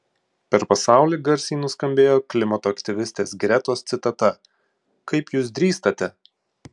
per pasaulį garsiai nuskambėjo klimato aktyvistės gretos citata kaip jūs drįstate